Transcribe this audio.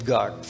God